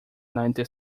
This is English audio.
ninety